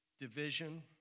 Division